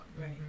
Right